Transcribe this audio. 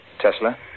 Tesla